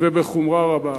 ובחומרה רבה,